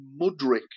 Mudrick